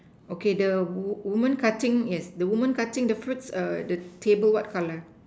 okay the woman cutting yes the woman cutting the fruits err the table what color